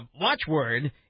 watchword